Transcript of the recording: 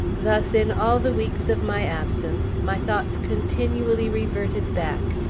thus, in all the weeks of my absence, my thoughts continually reverted back,